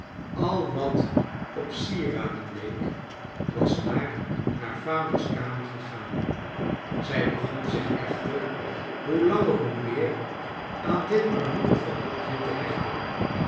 al wat op sieraden leek was naar haar vadera kamer gegaan zij begon zich echter hoe langer hoe meer aan dit armoedige hokje te hechten